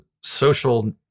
social